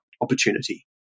opportunity